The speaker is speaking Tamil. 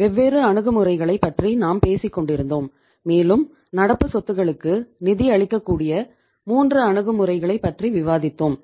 வெவ்வேறு அணுகுமுறைகளைப் பற்றி நாம் பேசிக் கொண்டிருந்தோம் மேலும் நடப்பு சொத்துகளுக்கு நிதியளிக்கக்கூடிய 3 அணுகுமுறைகளைப் பற்றி விவாதித்தோம்